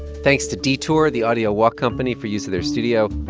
thanks to detour, the audio walk company, for use of their studio.